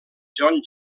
john